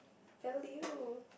value